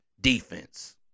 defense